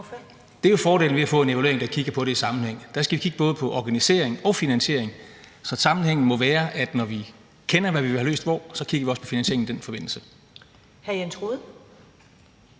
Det er jo fordelen ved at få en evaluering, der kigger på det i sammenhæng. Der skal vi kigge både på organisering og finansiering, så sammenhængen må være, at når vi ved, hvad vi vil have løst hvor, kigger vi også på finansieringen i den forbindelse.